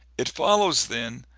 it follows then,